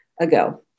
ago